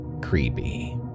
creepy